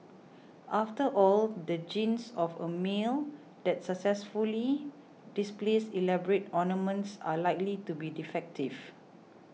after all the genes of a male that successfully displays elaborate ornaments are likely to be defective